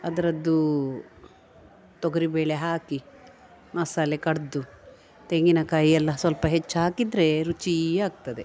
ಅದರದ್ದು ತೊಗರಿ ಬೇಳೆ ಹಾಕಿ ಮಸಾಲೆ ಕಡೆದು ತೆಂಗಿನಕಾಯಿಯೆಲ್ಲ ಸ್ವಲ್ಪ ಹೆಚ್ಚು ಹಾಕಿದರೆ ರುಚಿ ಆಗ್ತದೆ